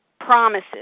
promises